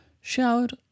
Showered